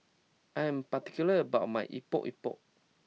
I am particular about my Epok Epok